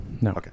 no